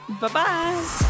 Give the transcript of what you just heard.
Bye-bye